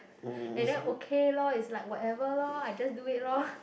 and then okay lor is like whatever lor I just do it lor